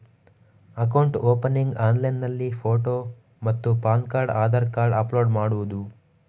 Account opening ಆನ್ಲೈನ್ನಲ್ಲಿ photo ಮತ್ತು PAN card Aadhaar card upload ಮಾಡುವುದು?